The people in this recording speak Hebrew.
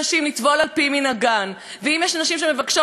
ואם יש נשים שמבקשות לטבול לבד, אז לא להתערב.